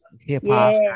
hip-hop